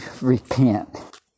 repent